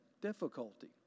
difficulty